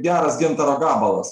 geras gintaro gabalas